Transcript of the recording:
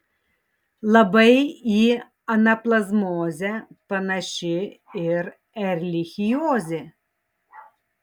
labai į anaplazmozę panaši ir erlichiozė